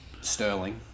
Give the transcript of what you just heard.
Sterling